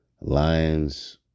Lions